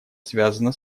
связано